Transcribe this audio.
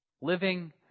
Living